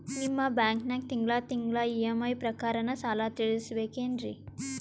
ನಿಮ್ಮ ಬ್ಯಾಂಕನಾಗ ತಿಂಗಳ ತಿಂಗಳ ಇ.ಎಂ.ಐ ಪ್ರಕಾರನ ಸಾಲ ತೀರಿಸಬೇಕೆನ್ರೀ?